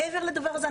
מעבר לדבר הזה,